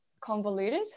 convoluted